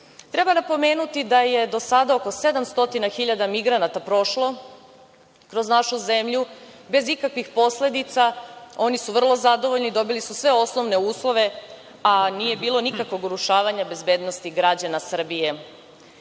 napomenuti da je do sada oko 700.000 migranata prošlo kroz našu zemlju, bez ikakvih posledica, oni su vrlo zadovoljni, dobili su sve osnovne uslove a nije bilo nikakvog urušavanja bezbednosti građana